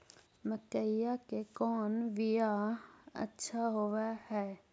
मकईया के कौन बियाह अच्छा होव है?